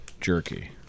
jerky